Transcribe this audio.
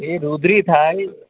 એ રુદ્રી થાય